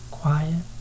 quiet